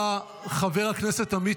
לא משנה מי